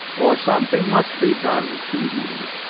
or something must be done to you.